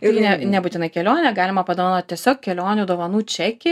ir ne nebūtinai kelionę galima padovanot tiesiog kelionių dovanų čekį